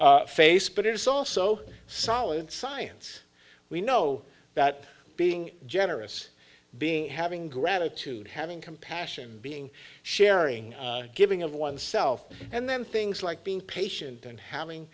other face but it is also solid science we know that being generous being having gratitude having compassion being sharing giving of oneself and then things like being patient and having